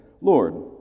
Lord